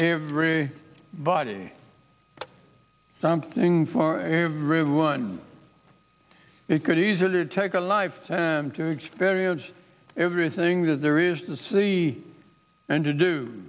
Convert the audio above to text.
every body something for everyone it could easily take a lifetime to experience everything that there is the sea and to do